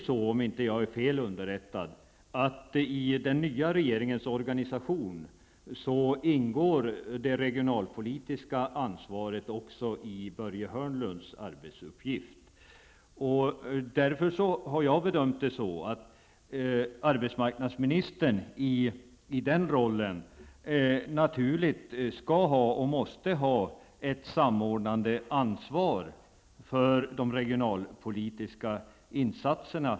Om jag inte är fel underrättad ingår i den nya regeringens organisation det regionalpolitiska ansvaret i Börje Hörnlunds arbetsuppgifter. Därför har jag bedömt det så, att arbetsmarknadsministern i den rollen måste ha ett samordnande ansvar för de regionalpolitiska insatserna.